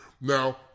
Now